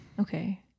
Okay